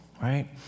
right